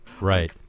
right